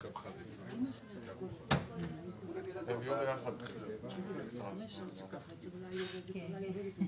הוא היה שם אבל אף פעם לא עבר ליד המקום.